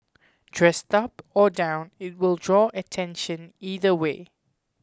dressed up or down it will draw attention either way